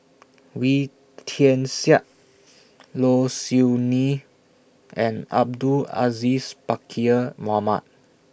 Wee Tian Siak Low Siew Nghee and Abdul Aziz Pakkeer Mohamed